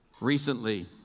Recently